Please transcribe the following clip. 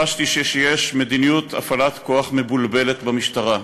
חשתי שיש מדיניות הפעלת כוח מבולבלת במשטרה.